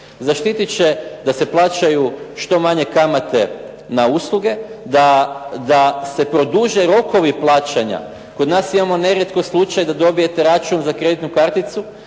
Zaštititi će da se plaćaju što manje kamate na usluge, da se produže rokovi plaćanja. Kod nas imamo nerijetko slučaj da dobijete račun za kreditnu karticu